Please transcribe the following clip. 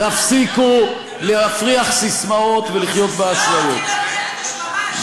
היא לא תחיה בן-לילה מ-80% מדע,